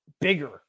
bigger